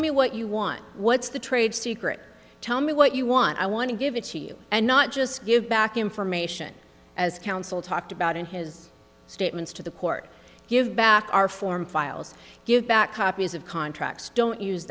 me what you want what's the trade secret tell me what you want i want to give it to you and not just give back information as counsel talked about in his statements to the court give back our form files give back copies of contracts don't use